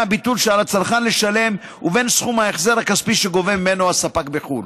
הביטול שעל הצרכן לשלם ובין סכום ההחזר הכספי שגובה ממנו הספק בחו"ל.